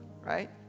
right